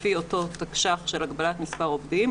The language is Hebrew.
לפי אותו תקש"ח של הגבלת מספר עובדים,